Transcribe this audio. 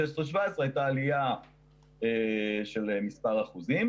2016 ו-2017 הייתה עלייה של מספר אחוזים.